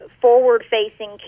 forward-facing